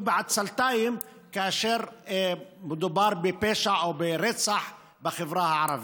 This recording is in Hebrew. בעצלתיים כאשר מדובר בפשע או ברצח בחברה הערבית.